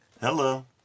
hello